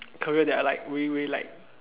career that I like really really like